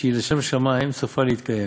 שהיא לשם שמים, סופה להתקיים,